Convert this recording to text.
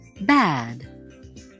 Bad